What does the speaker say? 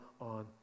on